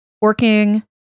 working